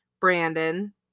Brandon